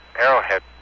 Arrowhead